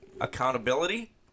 accountability